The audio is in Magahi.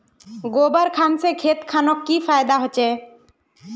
गोबर खान से खेत खानोक की फायदा होछै?